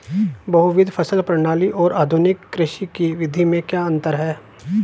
बहुविध फसल प्रणाली और आधुनिक कृषि की विधि में क्या अंतर है?